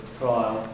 trial